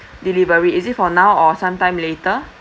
delivery is it for now or sometime later